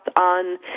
on